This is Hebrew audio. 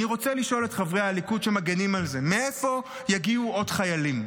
אני רוצה לשאול את חברי הליכוד שמגינים על זה: מאיפה יגיעו עוד חיילים?